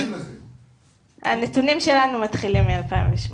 הנתונים שלנו מתחילים מ-2008.